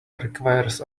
requires